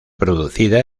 producida